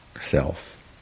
self